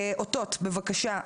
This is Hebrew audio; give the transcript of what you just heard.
אותות, בבקשה.